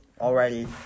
Already